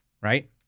right